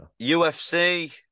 UFC